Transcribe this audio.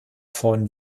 von